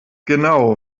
genau